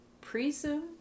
presume